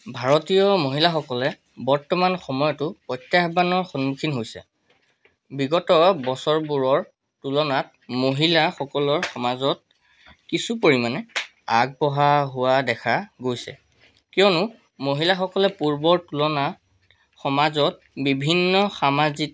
ভাৰতীয় মহিলাসকলে বৰ্তমান সময়তো প্ৰত্যাহ্বানৰ সন্মুখীন হৈছে বিগত বছৰবোৰৰ তুলনাত মহিলাসকলৰ সমাজত কিছু পৰিমানে আগবঢ়া হোৱা দেখা গৈছে কিয়নো মহিলাসকলে পূৰ্বৰ তুলনাত সমাজত বিভিন্ন সামাজিক